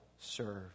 serve